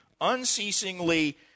unceasingly